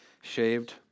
shaved